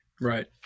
Right